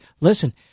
listen